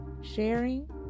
sharing